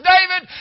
David